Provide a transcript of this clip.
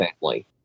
family